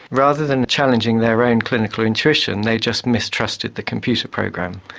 rather than challenging their own clinical intuition, they just mistrusted the computer program.